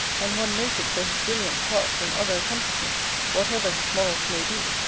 and one noted for his brilliant parts, and other accomplishments, whatever his morals may be!